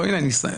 הנה, אני מסיים.